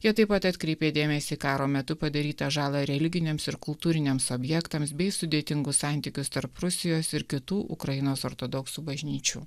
jie taip pat atkreipė dėmesį į karo metu padarytą žalą religiniams ir kultūriniams objektams bei sudėtingus santykius tarp rusijos ir kitų ukrainos ortodoksų bažnyčių